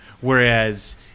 Whereas